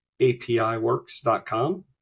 APIWorks.com